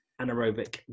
anaerobic